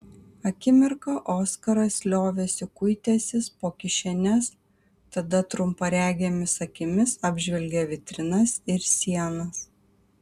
akimirką oskaras liovėsi kuitęsis po kišenes tada trumparegėmis akimis apžvelgė vitrinas ir sienas